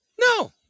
No